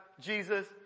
Jesus